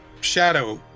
shadow